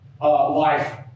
life